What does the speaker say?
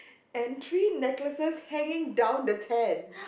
and three necklaces hanging down the tent